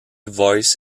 voice